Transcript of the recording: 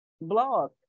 blog